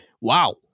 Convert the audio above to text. Wow